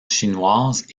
chinoise